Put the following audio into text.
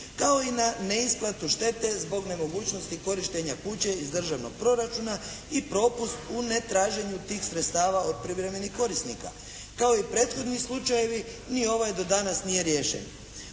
kao i na neisplatu štete zbog nemogućnosti korištenja kuće iz državnog proračuna i propust u netraženju tih sredstava od privremenih korisnika. Kao i prethodni slučajevi, ni ovaj do danas nije riješen.